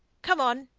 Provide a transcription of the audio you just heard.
come on!